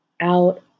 out